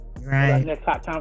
right